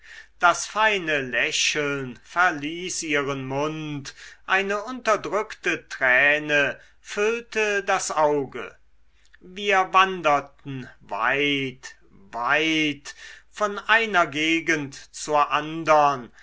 das feine lächeln verließ ihren mund eine unterdrückte träne füllte das auge wir wanderten weit weit von einer gegend zur andern